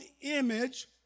image